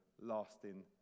lasting